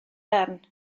darn